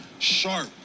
sharp